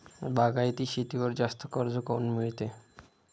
बागायती शेतीवर जास्त कर्ज काऊन मिळते?